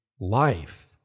life